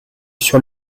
sur